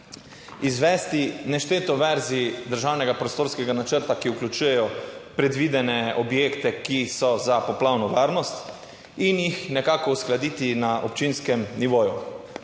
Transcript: izvesti nešteto verzij državnega prostorskega načrta, ki vključujejo predvidene objekte, ki so za poplavno varnost in jih nekako uskladiti na občinskem nivoju.